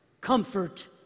comfort